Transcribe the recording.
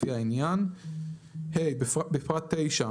לפי העניין"; בפרט (9),